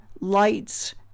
lights